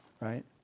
right